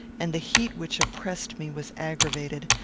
and the heat which oppressed me was aggravated,